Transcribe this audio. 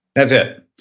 that's it.